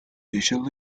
beatrice